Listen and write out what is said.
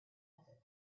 passed